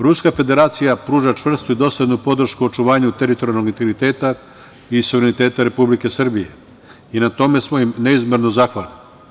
Ruska Federacija pruža čvrstu i doslednu podršku očuvanju teritorijalnog integriteta i suvereniteta Republike Srbije i na tome smo im neizmerno zahvalni.